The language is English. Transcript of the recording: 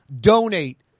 Donate